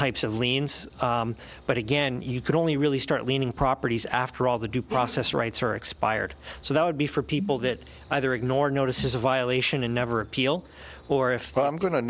types of liens but again you could only really start leaning properties after all the due process rights are expired so that would be for people that either ignore notice is a violation and never appeal or if i'm going to